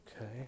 Okay